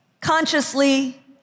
consciously